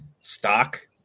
stock